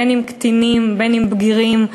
אם של קטינים ואם של בגירים.